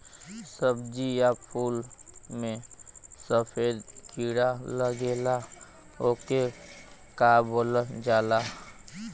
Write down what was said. सब्ज़ी या फुल में सफेद कीड़ा लगेला ओके का बोलल जाला?